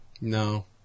No